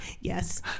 Yes